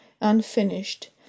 unfinished